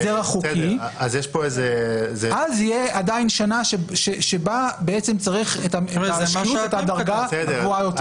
אז יהיה עדיין שנה שבה בעצם צריך את הדרגה הגבוהה יותר.